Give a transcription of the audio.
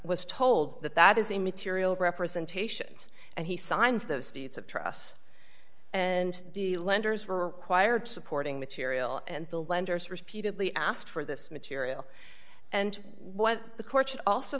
was told that that is immaterial representation and he signs those dates of trust and the lenders were quired supporting material and the lenders repeatedly asked for this material and what the court